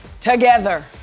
together